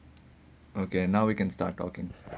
okay now we can start talking